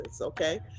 okay